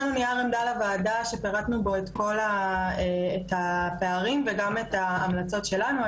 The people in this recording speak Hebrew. עמדה לוועדה שפרטנו בו את כל הפערים וגם את ההמלצות שלנו.